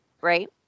right